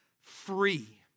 free